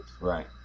Right